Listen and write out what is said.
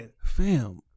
Fam